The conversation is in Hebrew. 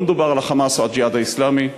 לא מדובר על ה"חמאס" או "הג'יהאד האסלאמי",